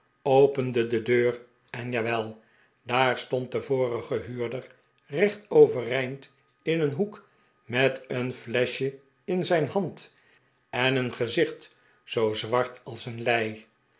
opende de detir en jawel daar stond de vorige huurder recht overeind in een hoek met een fleschje in zijn hand en een gezicht zoo zwart als een lei